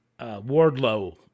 Wardlow